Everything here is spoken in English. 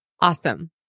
Awesome